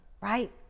right